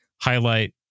highlight